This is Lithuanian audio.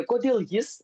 kodėl jis